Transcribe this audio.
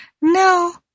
No